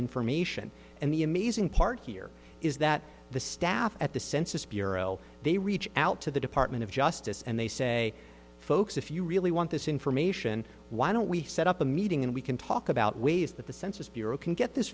information and the amazing part here is that the staff at the census bureau they reach out to the department of justice and they say folks if you really want this information why don't we set up a meeting and we can talk about ways that the census bureau can get this